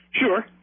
Sure